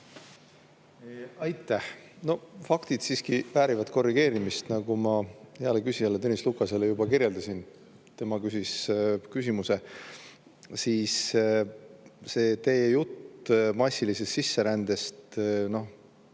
Aitäh! Faktid siiski väärivad korrigeerimist. Nagu ma heale küsijale Tõnis Lukasele juba kirjeldasin, kui tema küsis küsimuse, ei ole see teie jutt massilisest sisserändest, ma